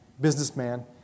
businessman